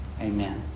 Amen